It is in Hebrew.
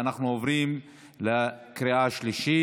ואנחנו עוברים לקריאה השלישית.